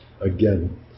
again